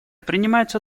принимаются